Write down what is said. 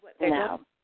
no